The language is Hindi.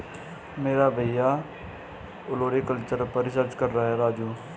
मेरे भैया ओलेरीकल्चर पर रिसर्च कर रहे हैं राजू